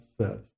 says